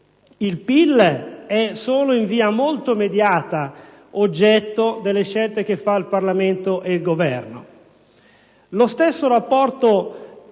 il PIL è solo in via molto mediata oggetto delle scelte del Parlamento e del Governo. La stessa